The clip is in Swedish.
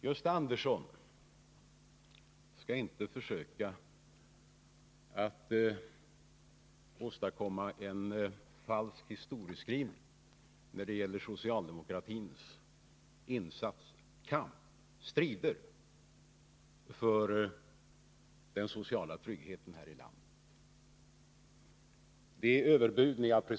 Gösta Andersson skall inte Onsdagen den försöka åstadkomma en falsk historieskrivning när det gäller socialdemokra 12 november:1980 tins insatser, dess kamp och strider för den sociala tryggheten här i landet. Det ni presenterat har ofta varit överbud.